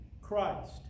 Christ